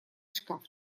шкаф